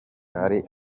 ari